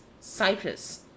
Cyprus